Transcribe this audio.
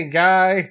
guy